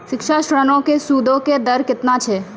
शिक्षा ऋणो के सूदो के दर केतना छै?